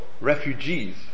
refugees